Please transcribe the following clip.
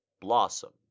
blossom